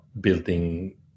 building